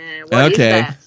Okay